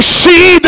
see